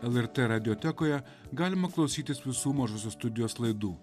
lrt radiotekoje galima klausytis visų mažosios studijos laidų